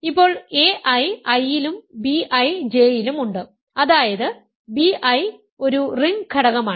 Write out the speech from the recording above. ഇപ്പോൾ ai I ലും bi J യിലും ഉണ്ട് അതായത് bi ഒരു റിംഗ് ഘടകമാണ്